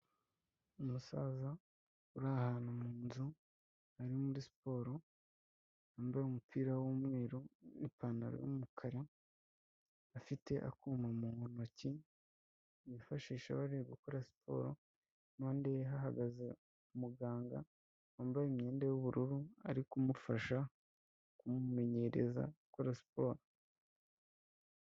Umusaza uri ahantu mu nzu ari muri siporo, wambaye umupira w'umweru n'ipantaro y'umukara, afite akuma mu ntoki yifashisha bari gukora siporo, impande ye hahagaze umuganga wambaye imyenda y'ubururu ari kumufasha kumumenyereza gukora siporo.